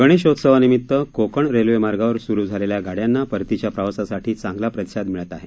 गणेशोत्सवानिमित्त कोकण रेल्वेमार्गावर सुरु झालेल्या गाड्यांना परतिच्या प्रवासासाठी चांगला प्रतिसाद मिळतो आहे